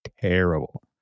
terrible